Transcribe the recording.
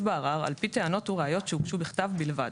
בערר על פי טענות וראיות שהוגשו בכתב בלבד,